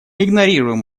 игнорируем